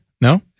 No